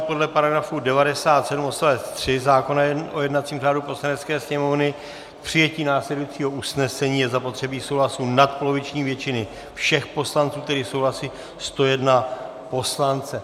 Podle § 97 odst. 3 zákona o jednacím řádu Poslanecké sněmovny k přijetí následujícího usnesení je zapotřebí souhlasu nadpoloviční většiny všech poslanců, kteří souhlasí, 101 poslance.